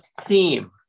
theme